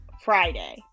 Friday